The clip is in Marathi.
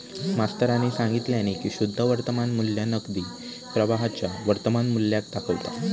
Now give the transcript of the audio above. मास्तरानी सांगितल्यानी की शुद्ध वर्तमान मू्ल्य नगदी प्रवाहाच्या वर्तमान मुल्याक दाखवता